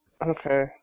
Okay